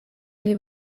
ili